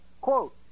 Quote